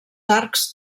arcs